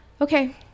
okay